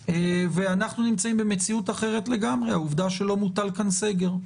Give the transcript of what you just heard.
והמציאות אחרת לגמרי: העובדה שלא מוטל כאן סגר,